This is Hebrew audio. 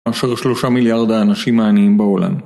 ?שלושה מיליארד האנשים העניינים בעולם.